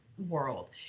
world